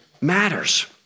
matters